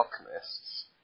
alchemists